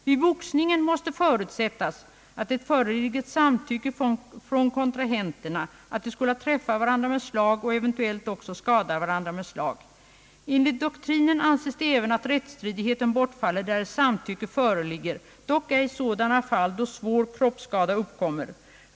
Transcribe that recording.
Vid boxning måste förutsättas, att det föreligger ett samtycke från kontrahenterna, att de skola träffa varandra med slag och eventuellt också skada varandra med slag. Enligt doktrinen anses det även att rättsstridigheten bortfaller, där ett samtyckte föreligger, dock ej i sådana fall, då svår kroppsskada uppkommer.